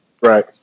Right